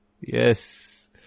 Yes